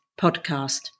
podcast